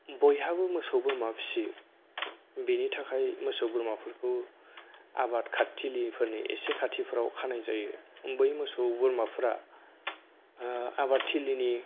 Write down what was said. बयहाबो मोसौ बोरमा फिसियो बेनि थाखाय मोसौ बोरमाफोरखौ आबाद थिलिफोरनि एसे खाथिफोराव खानाय जायो बै मोसौ बोरमाफोरा आबादथिलिनि